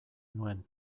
nuen